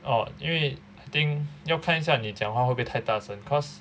orh 因为 I think 要看一下你讲话会不会太大声